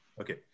Okay